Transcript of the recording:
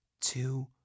two